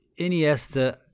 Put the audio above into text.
Iniesta